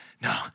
No